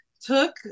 took